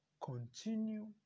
continue